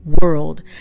world